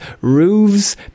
roofs